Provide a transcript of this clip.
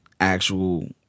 actual